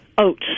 oats